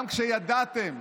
גם כשידעתם,